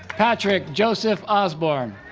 patrick joseph osborne